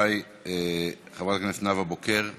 השר לביטחון הפנים גלעד ארדן: אי-אפשר לבוא בצביעות לוועדות הכנסת,